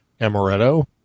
amaretto